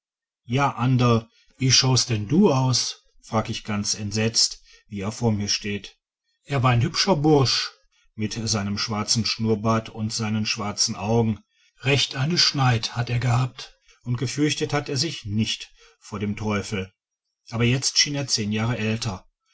ja anderl wie schaust denn du aus frag ich ganz entsetzt wie er vor mir steht er war ein hübscher bursch mit seinem schwarzen schnurrbart und seinen schwarzen augen recht eine schneid hat er gehabt und gefürchtet hat er sich nicht vor dem teufel aber jetzt schien er zehn jahre älter